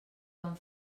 van